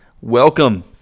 Welcome